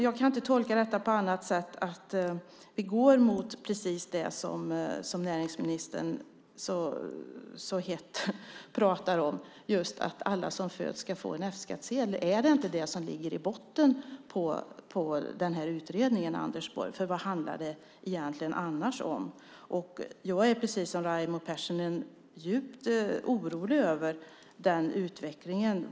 Jag kan inte tolka detta på annat sätt än att vi går mot precis det som näringsministern så hett pratar om, att alla som föds ska få en F-skattsedel. Är det inte det som ligger i botten på den här utredningen, Anders Borg? Vad handlar det annars om? Jag är, precis som Raimo Pärssinen, djupt orolig över utvecklingen.